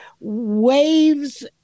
waves